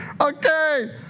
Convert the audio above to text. Okay